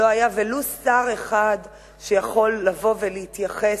לא היה ולו שר אחד שיכול לבוא ולהתייחס,